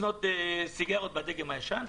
לקנות בו סיגריות דגם הישן,